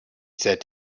said